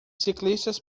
ciclistas